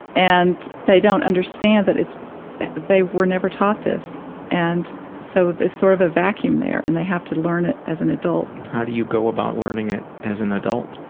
and they don't understand that it's they were never taught this and so, there's sort of a vacuum there and they have to learn it as an adult. how do you go about learning it as an adult?